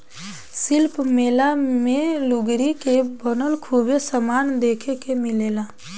शिल्प मेला मे लुगरी के बनल खूबे समान देखे के मिलेला